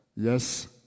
Yes